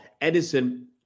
Edison